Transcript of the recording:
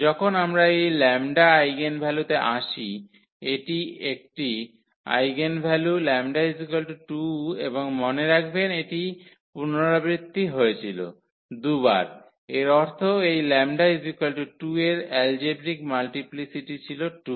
যখন আমরা এই 𝜆 আইগেনভ্যালুতে আসি এটি একটি আইগেনভ্যালু 𝜆2 এবং মনে রাখবেন এটি পুনরাবৃত্তি হয়েছিল দু'বার এর অর্থ এই 𝜆 2 এর এলজেব্রিক মাল্টিপ্লিসিটি ছিল 2